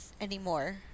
anymore